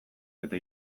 eta